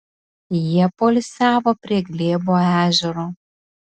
jie poilsiavo prie glėbo ežero